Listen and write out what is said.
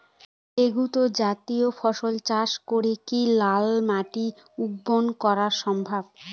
Legume জাতীয় ফসল চাষ করে কি লাল মাটিকে উর্বর করা সম্ভব?